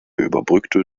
überbrückte